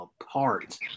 apart